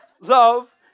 love